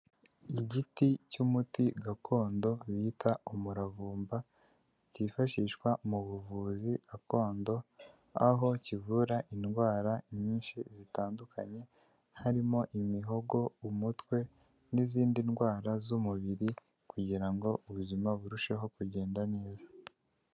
Igiti cy'umuti gakondo bita umuravumba, cyifashishwa mu buvuzi gakondo aho kivura indwara nyinshi zitandukanye harimo imihogo, umutwe n'izindi ndwara z'umubiri kugira ngo ubuzima burusheho kugenda neza.